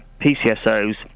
PCSOs